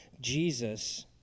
Jesus